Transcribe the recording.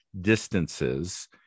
distances